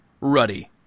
Ruddy